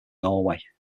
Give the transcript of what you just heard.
norway